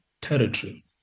territory